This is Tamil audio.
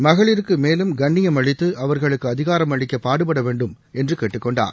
மகளிருக்கு மேலும் கண்ணியம் அளித்து அவர்களுக்கு அதிகாரம் அளிக்க பாடுபட வேண்டும் என்று கேட்டுக்கொண்டார்